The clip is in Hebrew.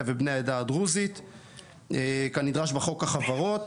ובני העדה הדרוזית כנדרש בחוק החברות.